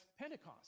Pentecost